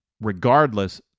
Regardless